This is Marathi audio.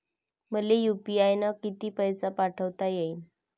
मले यू.पी.आय न किती पैसा पाठवता येईन?